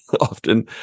often